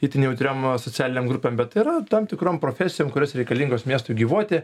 itin jautriom socialinėm grupėm bet yra tam tikrom profesijom kurios reikalingos miestui gyvuoti